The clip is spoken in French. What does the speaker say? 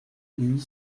huit